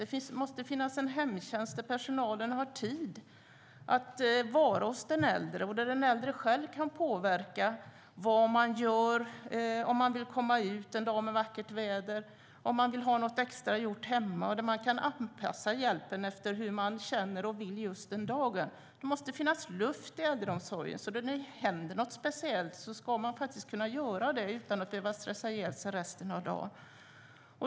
Det måste finnas en hemtjänst där personalen har tid att vara hos den äldre och där den äldre själv kan påverka vad man gör, om man vill komma ut en dag när det är vackert väder, om man vill ha något extra gjort hemma, så att man kan anpassa hjälpen efter hur man känner och vill just den dagen. Det måste finnas luft i äldreomsorgen, så att man, när det händer något speciellt, ska kunna göra något utan att behöva stressa ihjäl sig resten av dagen.